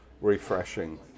refreshing